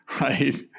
right